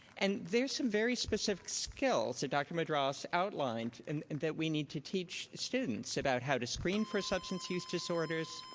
and there's some very specific skills that dr. madras outlined and that we need to teach students, about how to screen for substance use disorders,